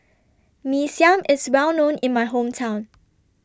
Mee Siam IS Well known in My Hometown